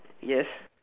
yes